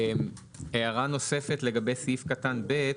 הערה נוספת לגבי סעיף קטן (ב).